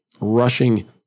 rushing